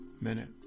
Minute